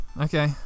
Okay